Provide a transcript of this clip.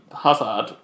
Hazard